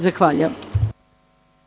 Zahvaljujem.